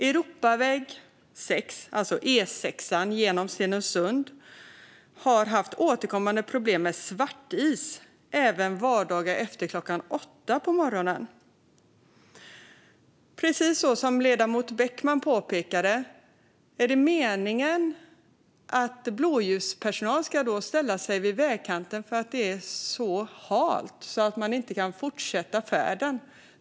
Europaväg 6, E6, genom Stenungsund har haft återkommande problem med svartis, även vardagar efter klockan åtta på morgonen. Jag undrar, precis som ledamoten Beckman, om det är meningen att blåljuspersonal ska ställa sig vid vägkanten för att det är så halt att man inte kan fortsätta färden.